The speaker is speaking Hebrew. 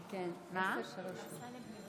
כבוד השר,